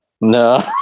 No